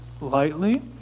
lightly